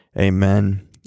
Amen